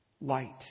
light